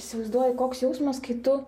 įsivaizduoji koks jausmas kai tu